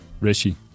Rishi